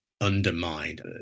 undermined